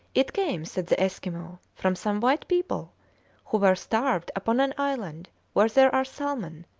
it came, said the eskimo, from some white people who were starved upon an island where there are salmon,